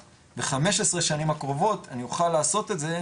שבחמש עשרה שנים הקרובות אני אוכל לעשות את זה,